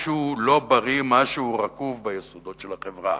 משהו לא בריא, משהו רקוב ביסודות של החברה.